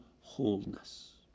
wholeness